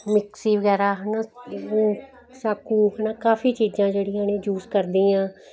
mixie ਵਗੈਰਾ ਹੈ ਨਾ ਚਾਕੂ ਹੈ ਨਾ ਕਾਫੀ ਚੀਜ਼ਾਂ ਜਿਹੜੀਆਂ ਨੇ ਯੂਸ ਕਰਦੀ ਹਾਂ